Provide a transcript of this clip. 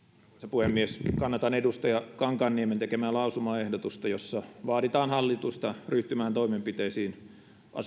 puhemies kannatan edustaja kankaanniemen tekemää lausumaehdotusta jossa vaaditaan hallitusta ryhtymään toimenpiteisiin